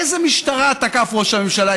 איזו משטרה תקף ראש הממשלה?